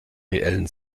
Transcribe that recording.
reellen